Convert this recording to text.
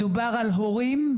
מדובר על הורים,